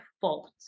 fault